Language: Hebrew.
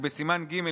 ובסימן ג',